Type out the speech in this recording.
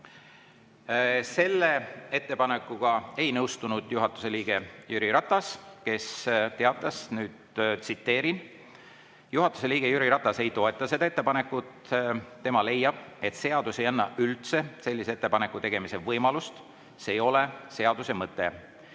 Selle ettepanekuga ei nõustunud juhatuse liige Jüri Ratas, kes teatas järgnevat, nüüd tsiteerin. Juhatuse liige Jüri Ratas ei toeta seda ettepanekut. Tema leiab, et seadus ei anna üldse sellise ettepaneku tegemise võimalust. See ei ole seaduse mõte.